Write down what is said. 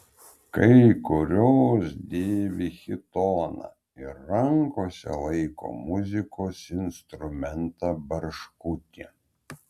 kai kurios dėvi chitoną ir rankose laiko muzikos instrumentą barškutį